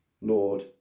Lord